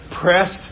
pressed